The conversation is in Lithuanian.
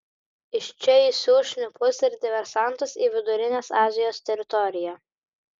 iš čia jis siųs šnipus ir diversantus į vidurinės azijos teritoriją